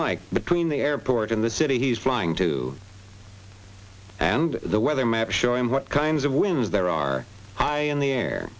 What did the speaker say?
like between the airport in the city he's flying to and the weather map showing what kinds of winds there are high in the air